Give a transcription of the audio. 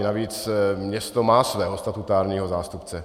Navíc město má svého statutárního zástupce.